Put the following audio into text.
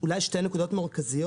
אולי שתי נקודות מרכזיות.